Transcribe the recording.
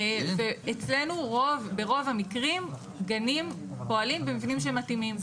אצלנו ברוב המקרים, גנים פועלים במבנים שמתאימים.